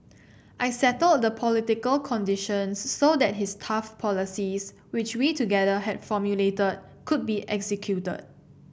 I settled the political conditions so that his tough policies which we together had formulated could be executed